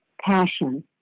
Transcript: passion